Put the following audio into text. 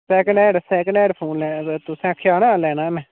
second hand second hand phone लैना तुसें आखेआ हा ना लैना ऐ में